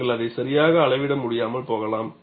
நீங்கள் அதை சரியாக அளவிட முடியாமல் போகலாம்